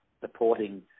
supporting